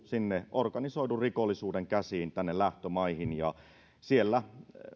organisoidun rikollisuuden käsiin lähtömaihin siellä